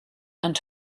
and